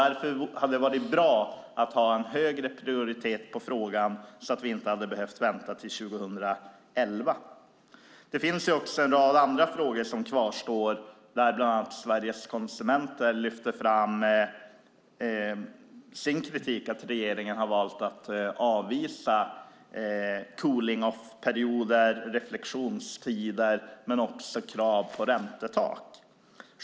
Därför hade det varit bra att ha en högre prioritet på frågan så att vi inte hade behövt vänta till 2011. En rad andra frågor kvarstår. Sveriges konsumenter lyfter fram sin kritik, nämligen att regeringen har valt att avvisa cooling off-perioder, reflexionstider och krav på räntetal.